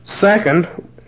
Second